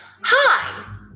hi